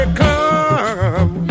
come